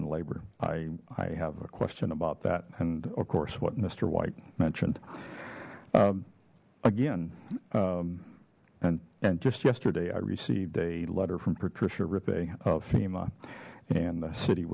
and labor i i have a question about that and of course what mister white mentioned again and and just yesterday i received a letter from patricia ripa of fema and the city